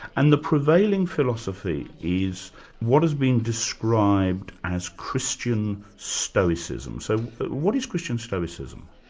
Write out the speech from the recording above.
and the prevailing philosophy is what has been described as christian stoicism. so what is christian stoicism?